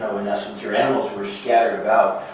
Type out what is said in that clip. in essence, or animals, were scattered about,